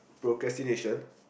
procrastination